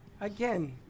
Again